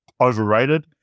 overrated